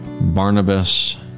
Barnabas